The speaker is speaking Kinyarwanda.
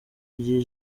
igihe